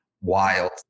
wild